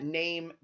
name